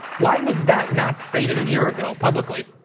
why was that not stated a year ago publicly?